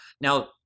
now